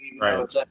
Right